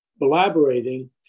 elaborating